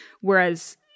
whereas